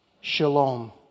Shalom